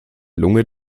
lunge